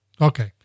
Okay